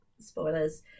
spoilers